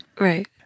Right